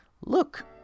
Look